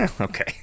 Okay